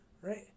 Right